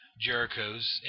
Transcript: Jericho's